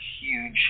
huge